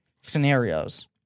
scenarios